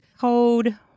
code